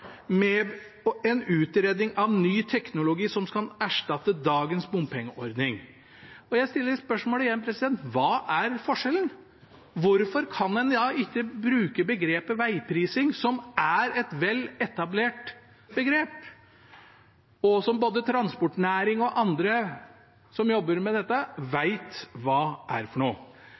med en utredning av ny teknologi som kan erstatte dagens bompengeordning. Jeg stiller spørsmålet igjen: Hva er forskjellen? Hvorfor kan man da ikke bruke begrepet «vegprising», som er et vel etablert begrep, og som både transportnæringen og andre som jobber med dette, vet hva er? Det er grunn til å være bekymret, for